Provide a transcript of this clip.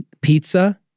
pizza